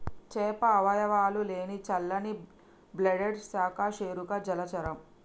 చేప అవయవాలు లేని చల్లని బ్లడెడ్ సకశేరుక జలచరం